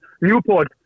Newport